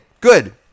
good